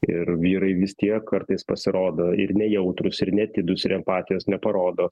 ir vyrai vis tiek kartais pasirodo ir nejautrūs ir neatidūs ir empatijos neparodo